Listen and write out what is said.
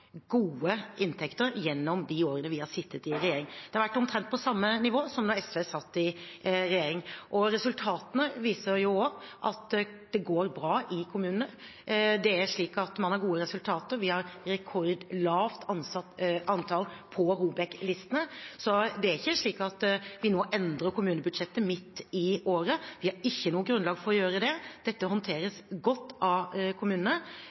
gode inntekter gjennom de årene vi har sittet i regjering. Det har vært omtrent på det samme nivået som da SV satt i regjering. Resultatene viser også at det går bra i kommunene. Man har gode resultater; vi har et rekordlavt antall på ROBEK-listen. Så vi kommer ikke til å endre kommunebudsjettet nå, midt i året. Vi har ikke noe grunnlag for å gjøre det. Dette håndteres godt av kommunene.